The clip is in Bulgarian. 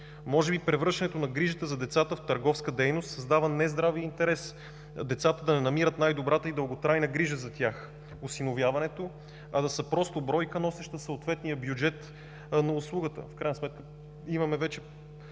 Може би превръщането на грижата за децата в търговска дейност създава нездравия интерес децата да не намират най-добрата и дълготрайна грижа за тях – осиновяването, а да са просто бройка, носеща съответния бюджет на услугата. В крайна сметка имаме вече